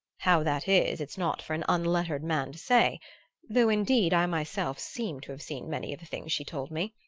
how that is, it's not for an unlettered man to say though indeed i myself seem to have seen many of the things she told me.